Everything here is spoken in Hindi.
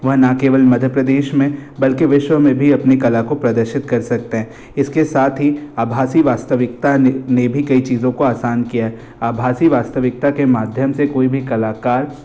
वह ना केवल मध्य प्रदेश में बल्कि विश्व में भी अपनी कला को प्रदर्शित कर सकते इसके साथ ही आभासी वास्तविकता ने ने भी कई चीज़ों को आसान किया है आभासी वास्तविकता के माध्यम से कोई भी कलाकार